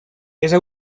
hagués